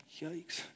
yikes